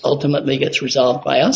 ultimately gets resolved b